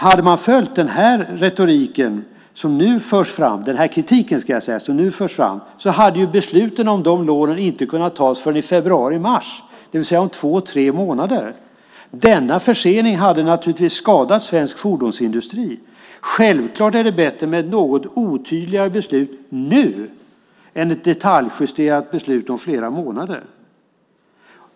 Om man hade följt den kritik som nu förs fram hade besluten om de lånen inte kunnat fattas förrän i februari mars, det vill säga om två tre månader. Denna försening hade naturligtvis skadat svensk fordonsindustri. Självfallet är det bättre med ett något otydligare beslut nu än ett detaljjusterat beslut om flera månader.